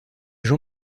jean